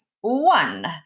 One